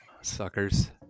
Suckers